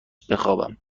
بخوابم